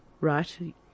right